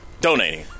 donating